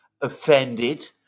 offended